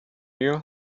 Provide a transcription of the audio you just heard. you